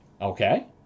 Okay